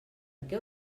què